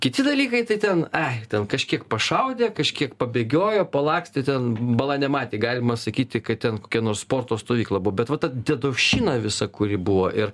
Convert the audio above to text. kiti dalykai tai ten ai ten kažkiek pašaudė kažkiek pabėgiojo palakstė ten bala nematė galima sakyti kad ten kokia nors sporto stovykla buvo bet vat ta dedovščina visa kuri buvo ir